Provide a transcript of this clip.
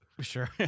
Sure